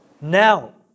Now